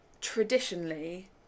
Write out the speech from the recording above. traditionally